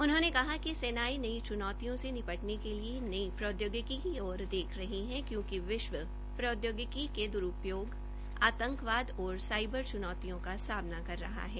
उन्होंने कहा कि सेनायें नई चूनौतियों से निपटने के लिए नई प्रौदयोगिकी की ओर देख रही है क्योंकि विश्व प्रौदयोगिकी के दुरूपयोग आंतकवाद और साईबर चनौतियों का सामना कर रहा है